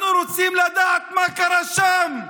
אנחנו רוצים לדעת מה קרה שם,